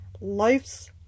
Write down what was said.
life's